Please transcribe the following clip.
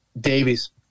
Davies